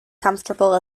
comfortable